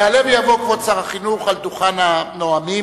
יעלה ויבוא כבוד שר החינוך על דוכן הנואמים,